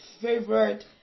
favorite